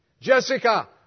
Jessica